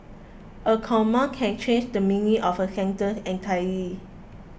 a comma can change the meaning of a sentence entirely